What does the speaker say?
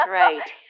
right